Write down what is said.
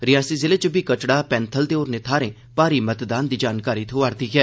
रियासी जिले च बी कटड़ा पैंथल ते होरनें थाह्रें भारी मतदान दी जानकारी थ्होई ऐ